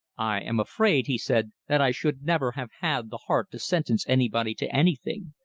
i am afraid, he said, that i should never have had the heart to sentence anybody to anything,